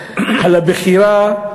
ולכן, על הבחירה,